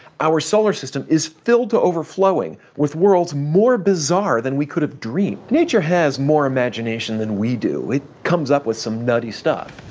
our solar system is filled to overflowing with worlds more bizarre than we could have dreamed. nature has more imagination than we do. it comes up with some nutty stuff.